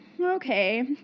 okay